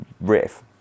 riff